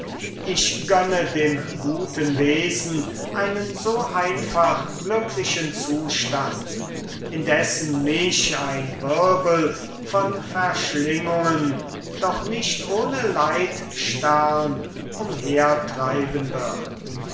ich gönne dem guten wesen einen so einfach glücklichen zustand indessen mich ein wirbel von verschlingungen doch nicht ohne leitstern umhertreiben wird